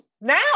now